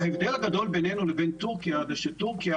ההבדל הגדול ביננו לבין טורקיה הוא שבטורקיה,